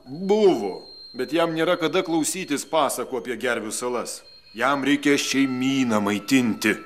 buvo bet jam nėra kada klausytis pasakų apie gervių salas jam reikia šeimyną maitinti